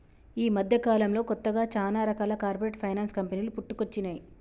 యీ మద్దెకాలంలో కొత్తగా చానా రకాల కార్పొరేట్ ఫైనాన్స్ కంపెనీలు పుట్టుకొచ్చినై